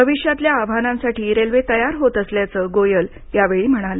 भविष्यातल्या आव्हानांसाठी रेल्वे तयार होत असल्याचं गोयल यावेळी म्हणाले